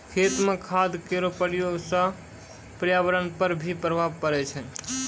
खेत म खाद केरो प्रयोग सँ पर्यावरण पर भी प्रभाव पड़ै छै